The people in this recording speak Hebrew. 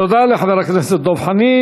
תודה לחבר הכנסת דב חנין.